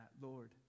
Lord